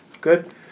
Good